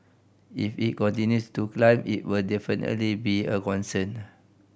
if it continues to climb it will definitely be a concern